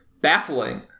baffling